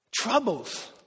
Troubles